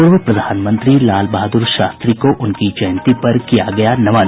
पूर्व प्रधानमंत्री लालबहादुर शास्त्री को उनकी जयंती पर किया गया नमन